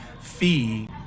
fee